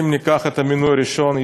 אם ניקח את המינוי הראשון,